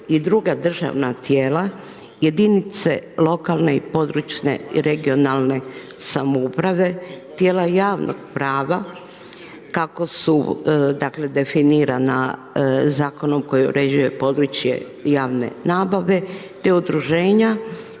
i druga državna tijela, jedinice lokalne i područne (regionalne) samouprave, tijela javnih prava kako su dakle definirana zakonom koji uređuje područje javne nabave te udruženja